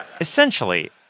Essentially